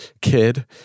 kid